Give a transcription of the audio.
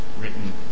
written